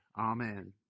Amen